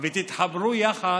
ותתחברו יחד,